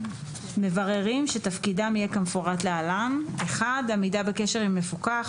מבררים שתפקידם יהיה כמפורט להלן: עמידה בקשר עם מפוקח